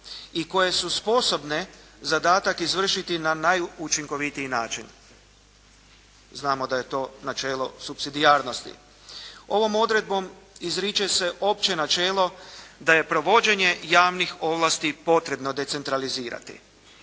i koje su sposobne zadatak izvršiti na najučinkovitiji način. Znamo da je to načelo supsidijarnosti. Ovom odredbom izriče se opće načelo da je provođenje javnih ovlasti potrebno decentralizirati.